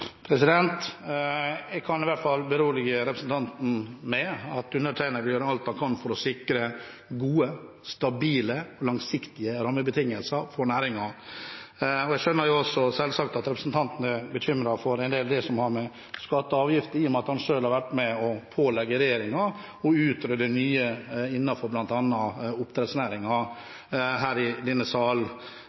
Jeg kan i hvert fall berolige representanten med at undertegnede gjør alt han kan for å sikre gode, stabile og langsiktige rammebetingelser for næringen. Jeg skjønner selvsagt at representanten er bekymret for en del av det som har med skatter og avgifter å gjøre, i og med at han selv har vært med på å pålegge regjeringen å utrede nye, innenfor bl.a. oppdrettsnæringen, her i denne sal.